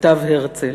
כתב הרצל,